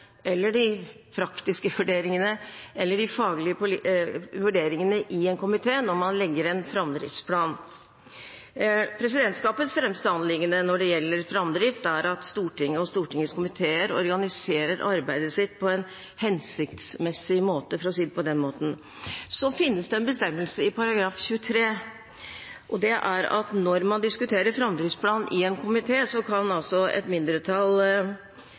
de politiske vurderingene, de praktiske vurderingene eller de faglige vurderingene i en komité når man legger en framdriftsplan. Presidentskapets fremste anliggende når det gjelder framdrift, er at Stortinget og Stortingets komiteer organiserer arbeidet sitt på en hensiktsmessig måte, for å si det på den måten. Så finnes det en bestemmelse i § 23, og det er at når man diskuterer framdriftsplan i en komité, kan et mindretall